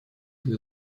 для